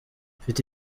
mfite